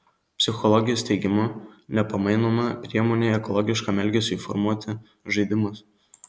psichologės teigimu nepamainoma priemonė ekologiškam elgesiui formuoti žaidimas